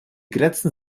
grenzen